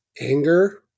Anger